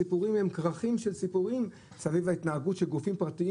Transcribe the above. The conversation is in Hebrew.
יש כרכים של סיפורים סביב ההתנהגות של גופים פרטיים